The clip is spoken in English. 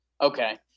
Okay